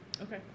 Okay